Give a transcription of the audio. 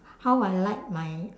how I like my